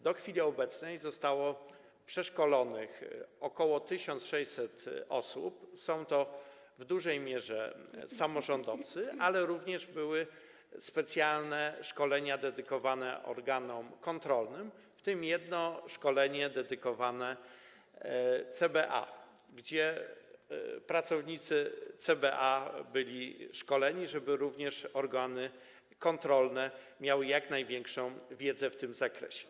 Do chwili obecnej zostało przeszkolonych ok. 1600 osób, są to w dużej mierze samorządowcy, ale również były specjalne szkolenia dedykowane organom kontrolnym, w tym jedno szkolenie dedykowane CBA - pracownicy CBA byli szkoleni, żeby również organy kontrolne miały jak największą wiedzę w tym zakresie.